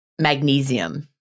magnesium